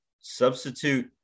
Substitute